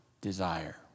desire